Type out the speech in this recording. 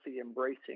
embracing